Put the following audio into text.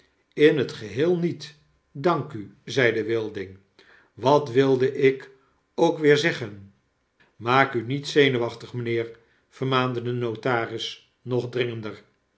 in het geheel niet dank u zeide wilding wat wilde ik ook weer zeggen maak u niet zenuwachtig mynheer vermaande de notaris nog dringender